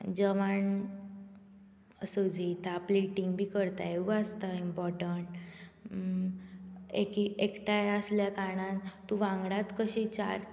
जेवण सजयता प्लेटींग बी करता हेवूंय आसता इंपोर्टंट एक एकठांय आसल्या कारणान तूं वांगडाच कशी चार